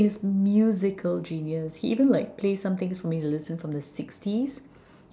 it's musical genius he even like play some things for me to listen from the sixties